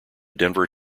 denver